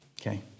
Okay